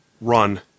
run